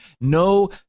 no